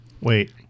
Wait